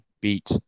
beat